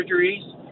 surgeries